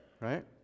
Right